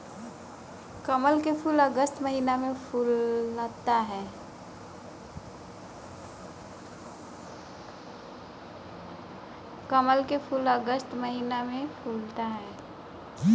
कमल के फूल अगस्त महिना में फुलला